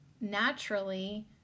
naturally